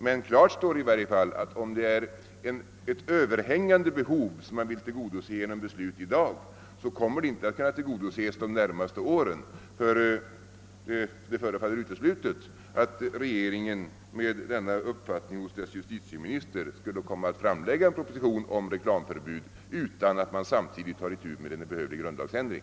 Men klart står att även om det behov man vill tillgodose genom att fatta ett sådant beslut i dag är överhängande, så kommer det inte att kunna tillgodoses inom de närmaste åren — det förefaller uteslutet att en regering vars justitieminister har den anförda uppfattningen skulle komma att framlägga en proposition om reklamförbud utan att man samtidigt tar itu med en behövlig grundlagsändring.